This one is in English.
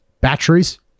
Batteries